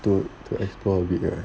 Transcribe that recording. to to explore a bit right